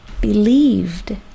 believed